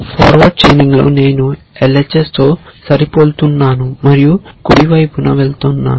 forward చైనింగ్లో నేను LHS తో సరిపోలుతున్నాను మరియు కుడి వైపుకు వెళ్తాను